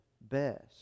best